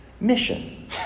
Mission